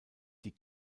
die